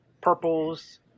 purples